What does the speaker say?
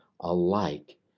alike